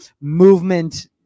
movement